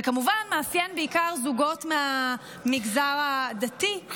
זה כמובן מאפיין בעיקר זוגות מהמגזר הדתי,